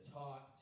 talk